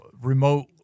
remote